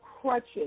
crutches